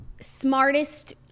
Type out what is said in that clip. smartest